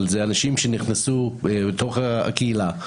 אבל אלה אנשים שנכנסו בתוך הקהילה,